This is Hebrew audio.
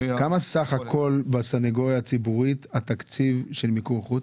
כמה סך הכל בסנגוריה הציבורית התקציב של מיקור חוץ?